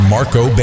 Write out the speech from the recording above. Marco